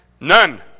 None